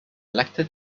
elected